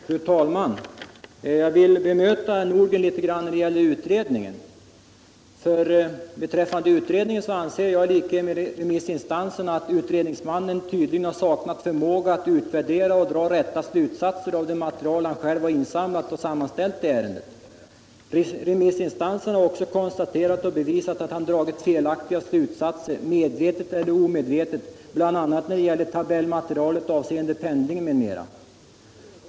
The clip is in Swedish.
Fru talman! Jag vill bemöta herr Nordgren när det gäller utredningen. Jag anser i likhet med remissinstanserna att utredningsmannen tydligen har saknat förmåga att utvärdera och dra rätta slutsatser av det material som han själv har insamlat och sammanställt i ärendet. Remissinstanserna har också konstaterat och bevisat att han har dragit felaktiga slutsatser medvetet eller omedvetet bl.a. när det gäller tabellmaterialet avseende pendlingen m.m.